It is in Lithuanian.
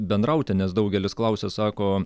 bendrauti nes daugelis klausia sako